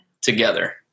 together